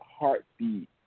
heartbeat